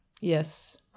Yes